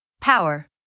power